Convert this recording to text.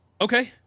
Okay